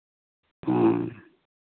ᱦᱮᱸ